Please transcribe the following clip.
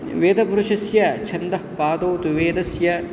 वेदपुरुषस्य छन्दः पादौ तु वेदस्य